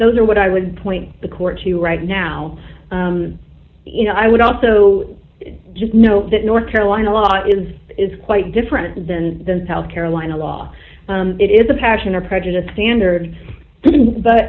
those are what i would point the court to right now you know i would also just note that north carolina law is is quite different than the south carolina law it is a passion or prejudice standard